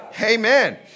Amen